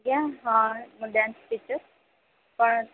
ଆଜ୍ଞା ହଁ ମୁଁ ଡ୍ୟାନ୍ସ୍ ଟିଚର୍ କ'ଣ